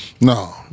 No